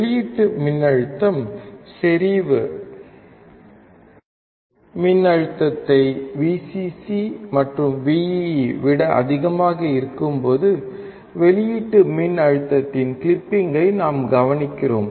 வெளியீட்டு மின்னழுத்தம் செறிவு மின்னழுத்தத்தை Vcc மற்றும் Vee விட அதிகமாக இருக்கும்போது வெளியீட்டு மின்னழுத்தத்தின் கிளிப்பிங்கை நாம் கவனிக்கிறோம்